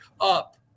up